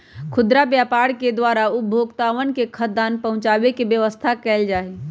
खुदरा व्यापार के द्वारा उपभोक्तावन तक खाद्यान्न पहुंचावे के व्यवस्था कइल जाहई